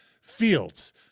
fields